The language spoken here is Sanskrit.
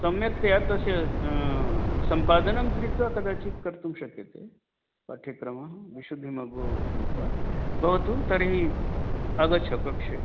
सम्यक्तया तस्य सम्पादनं कृत्वा कदाचित् कर्तुं शक्यते पाठ्यक्रमः विशुद्धिमग्गो नीत्वा भवतु तर्हि आगच्छ कक्षे